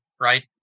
right